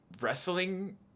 wrestling